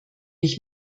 ich